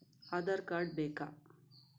Aadhaar card ಬೇಕಾ?